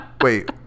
Wait